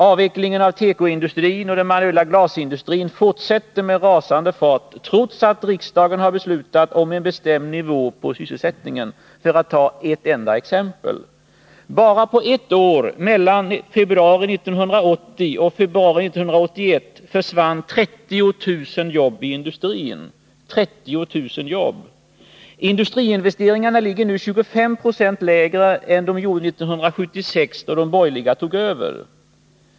Avvecklingen av tekoindustrin och den manuella glasindustrin fortsätter med rasande fart, trots att riksdagen har beslutat om en bestämd nivå på sysselsättningen, för att ta ett enda exempel. Bara på ett år — mellan februari 1980 och februari 1981 — försvann inte mindre än 30 000 jobb i industrin. Industriinvesteringarna ligger nu 25 96 lägre än de gjorde 1976, då de borgerliga tog över.